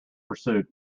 pursuit